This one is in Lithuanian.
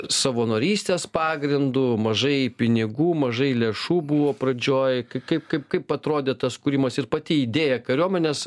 savanorystės pagrindu mažai pinigų mažai lėšų buvo pradžioj kai kaip kaip atrodė tas kūrimas ir pati idėja kariuomenės